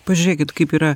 pažiūrėkit kaip yra